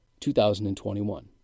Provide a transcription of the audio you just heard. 2021